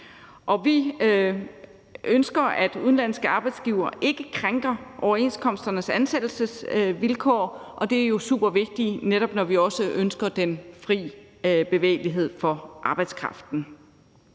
Vi ønsker, at udenlandske arbejdsgivere ikke krænker overenskomsternes ansættelsesvilkår, og det er jo supervigtigt, netop når vi ønsker den fri bevægelighed for arbejdskraften.